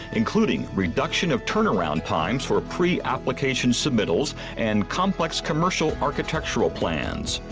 including reduction of turnaround times for pre-application submittals and complex commercial architectural plans.